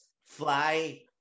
fly